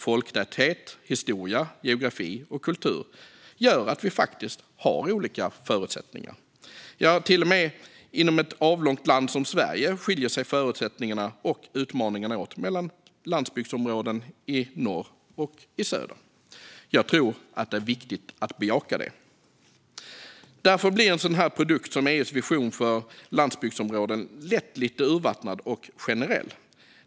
Folktäthet, historia, geografi och kultur gör att vi faktiskt har olika förutsättningar. Ja, till och med inom ett avlångt land som Sverige skiljer sig förutsättningarna och utmaningarna åt mellan landsbygdsområden i norr och i söder. Jag tror att det är viktigt att bejaka det. Därför blir en sådan här produkt som EU:s vision för landsbygdsområden lätt lite urvattnad och generell.